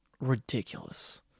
ridiculous